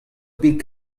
bet